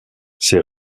ses